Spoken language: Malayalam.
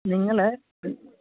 നിങ്ങള്